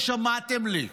לא שמעתם לי.